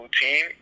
team